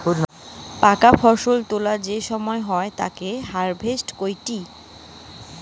প্রাক ফসল তোলা যে সময় তা তাকে পরে হারভেস্ট কইটি